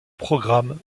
programmes